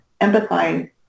empathize